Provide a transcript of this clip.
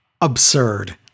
absurd